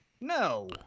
No